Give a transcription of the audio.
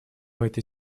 этой